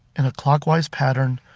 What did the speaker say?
in a clockwise pattern.